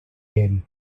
yale